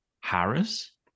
Harris